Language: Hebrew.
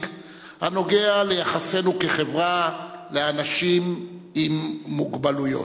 הנוגע ליחסנו כחברה לאנשים עם מוגבלויות.